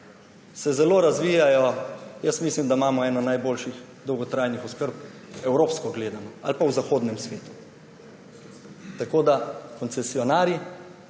se zelo razvijajo. Jaz mislim, da imamo eno najboljših dolgotrajnih oskrb, evropsko gledano ali pa v zahodnem svetu. Tako da oboji,